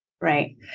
Right